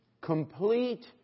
complete